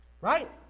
Right